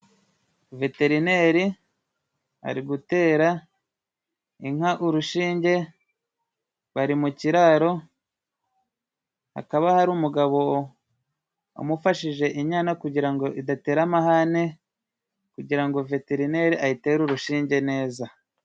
Veterineri ari gutera inka urushinge bari mu kiraro, hakaba hari umugabo umufashije inyana kugira ngo idatera amahane, kugira ngo veterinere ayitere urushinge neza.